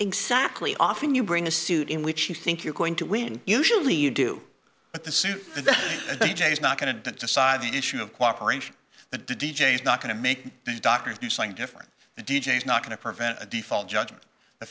exactly often you bring a suit in which you think you're going to win usually you do but the suit that is not going to decide the issue of cooperation the d j is not going to make these doctors do something different the d j is not going to prevent a default judgment the